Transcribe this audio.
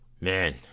Man